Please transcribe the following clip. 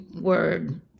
word